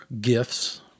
gifts